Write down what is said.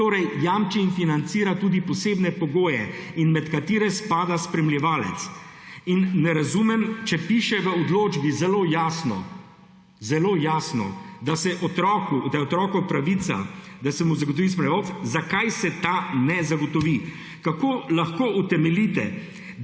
Torej jamči in financira tudi posebne pogoje, med katere spada spremljevalec. In ne razumem, če piše v odločbi zelo jasno, zelo jasno, da je otrokova pravica, da se mu zagotovi sprehod, zakaj se ta ne zagotovi? Kako lahko utemeljite,